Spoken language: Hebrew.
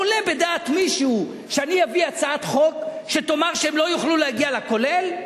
עולה בדעת מישהו שאני אביא הצעת חוק שתאמר שהם לא יוכלו להגיע לכולל,